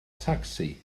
tacsi